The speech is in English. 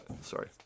Sorry